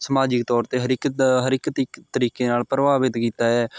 ਸਮਾਜਿਕ ਤੌਰ 'ਤੇ ਹਰ ਇਕ ਹਰ ਇੱਕ ਤਿਕ ਤਰੀਕੇ ਨਾਲ ਪ੍ਰਭਾਵਿਤ ਕੀਤਾ ਹੈ